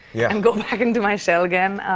yeah. and go back into my shell again.